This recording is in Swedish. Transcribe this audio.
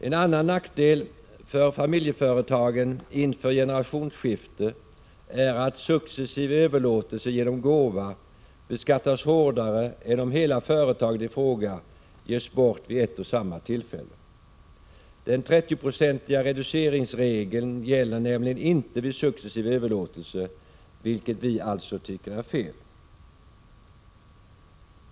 En annan nackdel för familjeföretagen inför generationsskifte är att successiv överlåtelse genom gåva beskattas hårdare än om hela företaget i fråga ges bort vid ett och samma tillfälle. Den 30-procentiga reduceringsregeln gäller nämligen inte vid successiv överlåtelse, vilket vi alltså tycker är fel.